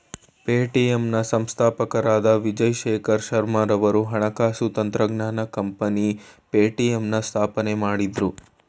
Paytm ನ ಸಂಸ್ಥಾಪಕರಾದ ವಿಜಯ್ ಶೇಖರ್ ಶರ್ಮಾರವರು ಹಣಕಾಸು ತಂತ್ರಜ್ಞಾನ ಕಂಪನಿ ಪೇಟಿಎಂನ ಸ್ಥಾಪನೆ ಮಾಡಿದ್ರು